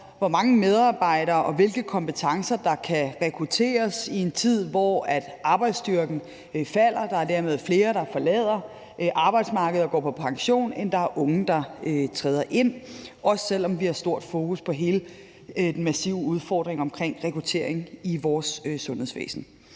hvor mange medarbejdere og hvilke kompetencer der kan rekrutteres i en tid, hvor arbejdsstyrken falder, og der dermed er flere, der forlader arbejdsmarkedet og går på pension, end der er unge, der træder ind, også selv om vi har stort fokus på hele den massive udfordring omkring rekruttering i vores sundhedsvæsen.